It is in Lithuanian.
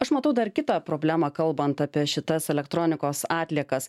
aš matau dar kitą problemą kalbant apie šitas elektronikos atliekas